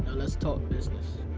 let's talk business.